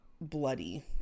bloody